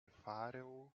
pharao